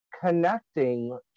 connecting